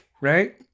right